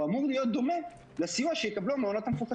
הוא אמור להיות דומה לסיוע שיקבלו המעונות המפוקחים.